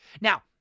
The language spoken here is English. Now